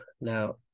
Now